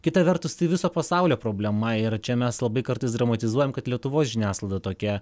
kita vertus tai viso pasaulio problema yra čia mes labai kartais dramatizuojam kad lietuvos žiniasklaida tokia